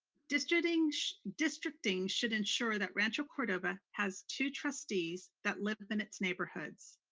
districting districting should ensure that rancho cordova has two trustees that live within its neighborhoods.